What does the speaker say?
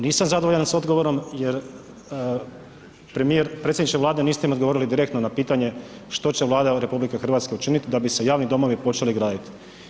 Nisam zadovoljan sa odgovorom jer premijer, predsjedniče Vlade niste mi odgovorili direktno na pitanje što će Vlada RH učiniti da bi se javni domovi počeli graditi?